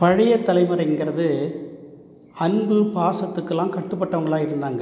பழைய தலைமுறைங்கிறது அன்பு பாசத்துக்கெலாம் கட்டுப்பட்டவங்களா இருந்தாங்கள்